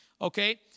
okay